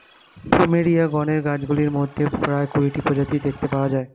plumeria গণের গাছগুলির মধ্যে প্রায় কুড়িটি প্রজাতি দেখতে পাওয়া যায়